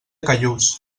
callús